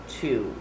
two